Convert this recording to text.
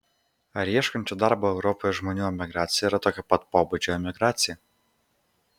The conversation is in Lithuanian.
ar ieškančių darbo europoje žmonių emigracija yra tokio pat pobūdžio emigracija